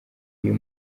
uyu